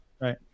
right